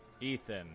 ethan